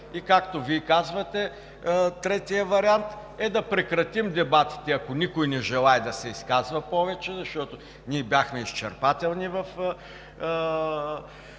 Както Вие казвате, третият вариант е да прекратим дебатите, ако никой не желае да се изказва повече, защото ние бяхме изчерпателни в